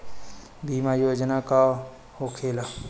बीमा योजना का होखे ला?